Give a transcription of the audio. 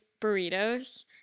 burritos